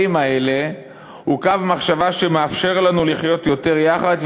האלה הוא קו מחשבה שמאפשר לנו לחיות יותר יחד.